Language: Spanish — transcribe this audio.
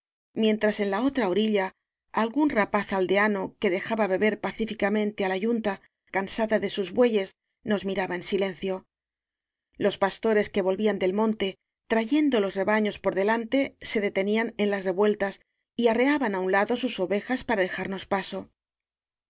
mientras en la otra orilla algún rapaz aldeano que dejaba beber pacíficamente á la yunta cansada de sus bueyes nos miraba en silencio los pastores que volvían del monte trayendo los rebaños por delante se detenían en las revueltas y arreaban á un lado sus ovejas para dejarnos paso